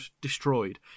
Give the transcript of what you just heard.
destroyed